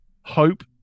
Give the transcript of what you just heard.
hope